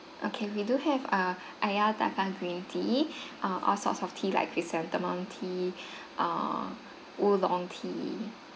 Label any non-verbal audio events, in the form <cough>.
okay we do have uh Ayataka green tea uh all sorts of tea like chrysanthemum tea <breath> err oolong tea